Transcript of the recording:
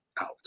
out